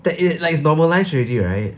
tha~ it like it's normalised already right